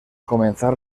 comenzar